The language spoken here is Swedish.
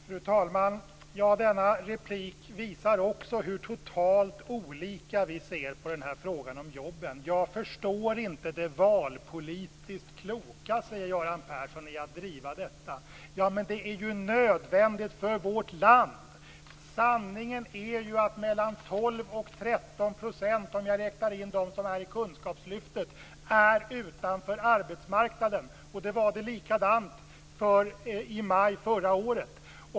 Fru talman! Denna replik visar också hur totalt olika vi ser på den här frågan om jobben. Jag förstår inte det valpolitiskt kloka i att driva detta, säger Göran Persson. Men det är ju nödvändigt för vårt land! Sanningen är ju att mellan 12 och 13 %, om jag räknar in dem som är i kunskapslyftet, är utanför arbetsmarknaden. Det var likadant i maj förra året.